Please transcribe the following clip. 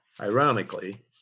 Ironically